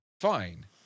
fine